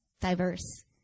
diverse